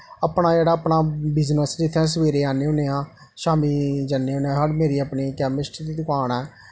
अपना जेह्ड़ा अपना बिजनस जित्थें सवेरे आन्ने होन्ने आं शाम्मी जन्ने होन्ने आं सानूं मेरी अपनी कैमिस्ट दी दकान ऐ